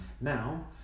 Now